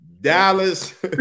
Dallas